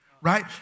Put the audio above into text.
right